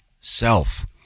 self